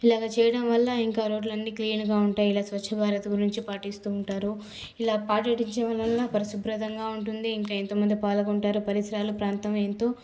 ఇలాగ చేయడం వల్ల ఇంకా రోడ్లన్నీ క్లీన్గా ఉంటాయి ఇలా స్వచ్ఛభారత్ గురించి పాటిస్తు ఉంటారు ఇలా పాటించడం వల్ల పరిశుభ్రంగా ఉంటుంది ఇంకా ఎంతోమంది పాల్గొంటారు పరిసరాలు ప్రాంతం ఎంతో